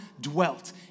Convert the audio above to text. dwelt